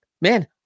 man